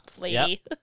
lady